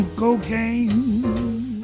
cocaine